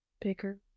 bigger